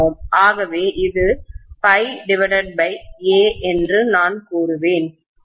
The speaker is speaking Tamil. ஆகவே இது ∅A என்று நான் கூறுவேன்